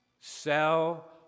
Sell